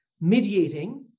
mediating